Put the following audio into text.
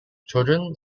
children